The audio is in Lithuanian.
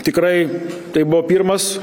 tikrai tai buvo pirmas